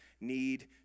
need